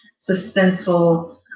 suspenseful